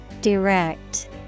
Direct